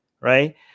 right